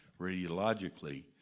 radiologically